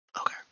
Okay